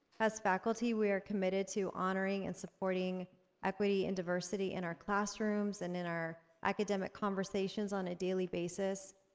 as faculty, we are committed to honoring and supporting equity and diversity in our classrooms, and in our academic conversations on a daily basis,